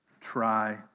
try